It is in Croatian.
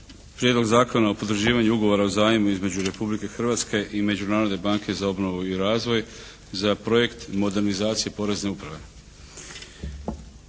Prijedlog zakona o potvrđivanju Ugovora o zajmu između Republike Hrvatske i Međunarodne banke za obnovu i razvoj za projekt modernizacije Porezne uprave.